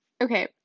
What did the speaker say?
okay